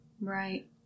Right